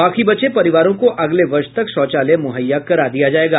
बाकी बचे परिवारों को अगले वर्ष तक शौचालय मुहैया करा दिया जायेगा